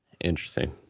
Interesting